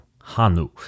Hanu